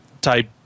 type